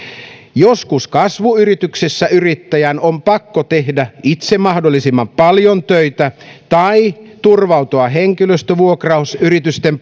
joskus kasvuyrityksessä yrittäjän on pakko tehdä itse mahdollisimman paljon töitä tai turvautua henkilöstövuokrausyritysten